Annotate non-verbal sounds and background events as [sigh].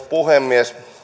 [unintelligible] puhemies